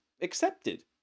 accepted